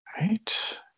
Right